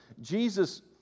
Jesus